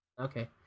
Okay